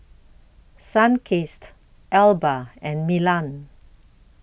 Sunkist Alba and Milan